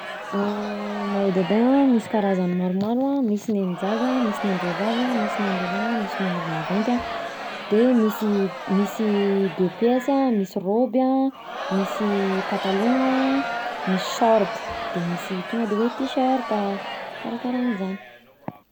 Maillot de bain misy karazany maromaro an, misy ny an'ny zaza misy ny an'ny vehivavy, misy ny an'ny lehilahy, misy ny an'olo maventy an de misy, misy deux pièces an, misy robe an, misy patalogna, misy short de misy tonga de hoe t-shirta, karakanzany.